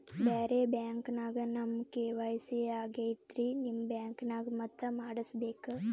ಬ್ಯಾರೆ ಬ್ಯಾಂಕ ನ್ಯಾಗ ನಮ್ ಕೆ.ವೈ.ಸಿ ಆಗೈತ್ರಿ ನಿಮ್ ಬ್ಯಾಂಕನಾಗ ಮತ್ತ ಮಾಡಸ್ ಬೇಕ?